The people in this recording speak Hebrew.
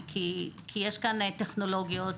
כי יש כאן טכנולוגיות,